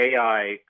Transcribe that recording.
AI